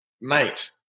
mate